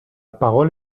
parole